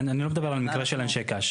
אני לא מדבר על מקרה של אנשי קש.